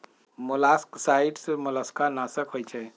मोलॉक्साइड्स मोलस्का नाशक होइ छइ